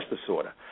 disorder